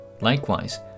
Likewise